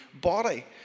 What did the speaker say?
body